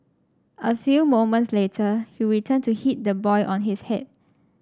a few moments later he returned to hit the boy on his head